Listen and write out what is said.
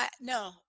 No